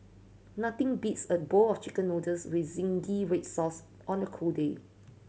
nothing beats a bowl of Chicken Noodles with zingy red sauce on a cold day